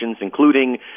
including